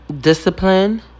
discipline